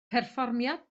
perfformiad